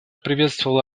приветствовал